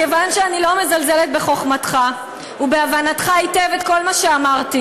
מכיוון שאני לא מזלזלת בחוכמתך ובהבנתך היטב את כל מה שאמרתי,